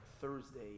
Thursday